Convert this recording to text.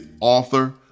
author